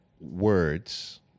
words